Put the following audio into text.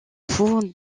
pour